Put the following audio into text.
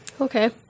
Okay